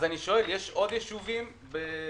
אז אני שואל אם יש עוד יישובים באותו